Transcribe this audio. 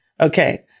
Okay